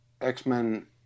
X-Men